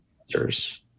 answers